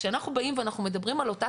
כשאנחנו באים ואנחנו מדברים על אותה